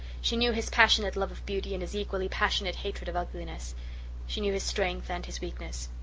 she knew his passionate love of beauty and his equally passionate hatred of ugliness she knew his strength and his weakness.